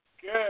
Good